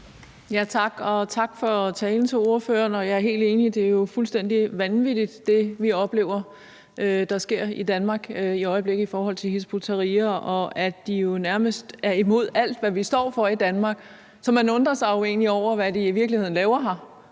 Tak, og tak til ordføreren for talen. Jeg er helt enig i, at det jo er fuldstændig vanvittigt, hvad vi oplever sker i Danmark i øjeblikket i forhold til Hizb ut-Tahrir. De er jo nærmest imod alt, hvad vi står for i Danmark, så man undrer sig jo egentlig over, hvad de i virkeligheden laver her,